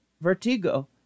Vertigo